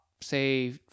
say